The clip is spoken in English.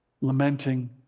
lamenting